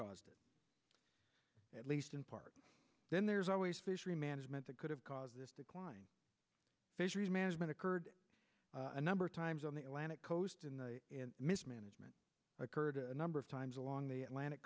caused at least in part then there's always fishery management that could have caused this decline fisheries management occurred a number of times on the atlantic coast and mismanagement occurred a number of times along the atlantic